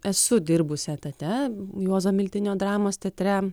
esu dirbusi etate juozo miltinio dramos teatre